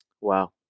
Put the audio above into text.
Wow